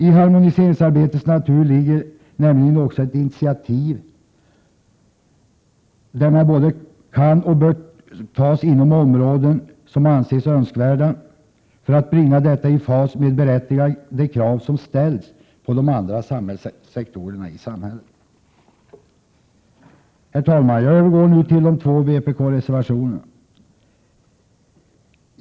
I harmoniseringsarbetets natur ligger nämligen också kravet på att initiativ både kan och bör tas inom områden där så anses önskvärt för att bringa detta i fas med berättigade krav som ställs på de andra samhällssektorerna. Jag övergår nu till de två vpk-reservationerna.